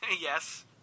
Yes